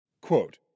Quote